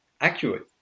accurate